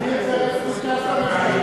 עמיר פרץ נכנס לממשלה,